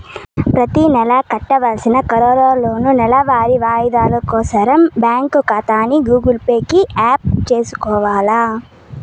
ప్రతినెలా కట్టాల్సిన కార్లోనూ, నెలవారీ వాయిదాలు కోసరం బ్యాంకు కాతాని గూగుల్ పే కి యాప్ సేసుకొవాల